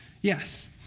Yes